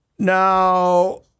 Now